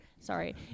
Sorry